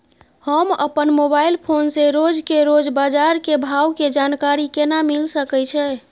हम अपन mobile phone से रोज के रोज बाजार के भाव के जानकारी केना मिल सके छै?